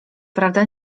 prawda